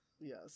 Yes